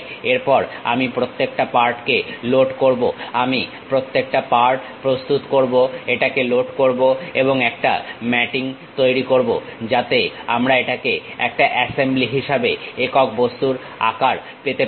তারপর আমি প্রত্যেকটা পার্টকে লোড করবো আমি প্রত্যেকটা পার্ট প্রস্তুত করবো এটাকে লোড করবো এবং একটা ম্যাটিং তৈরি করব যাতে আমরা এটাকে একটা অ্যাসেম্বলি হিসাবে একক বস্তুর আকার পেতে পারি